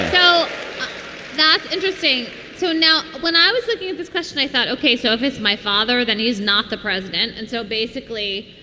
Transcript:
so that's interesting so now when i was looking at this question, i thought, ok. so if it's my father, then he's not the president. and so basically,